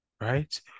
right